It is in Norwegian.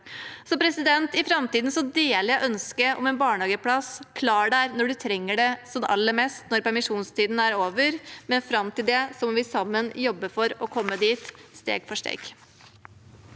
for alle. For framtiden deler jeg ønsket om en barnehageplass som er klar når man trenger det som aller mest, når permisjonstiden er over. Men fram til det må vi sammen jobbe for å komme dit – steg for steg.